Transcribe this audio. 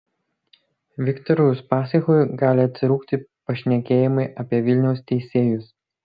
viktorui uspaskichui gali atsirūgti pašnekėjimai apie vilniaus teisėjus